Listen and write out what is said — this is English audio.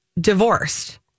divorced